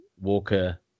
Walker